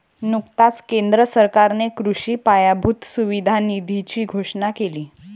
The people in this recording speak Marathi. नुकताच केंद्र सरकारने कृषी पायाभूत सुविधा निधीची घोषणा केली